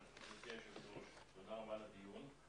תודה רבה על הדיון.